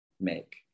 make